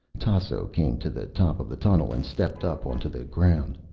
tasso came to the top of the tunnel and stepped up onto the ground.